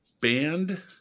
Banned